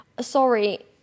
Sorry